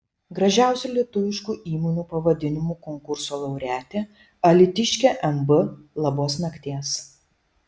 gražiausių lietuviškų įmonių pavadinimų konkurso laureatė alytiškė mb labos nakties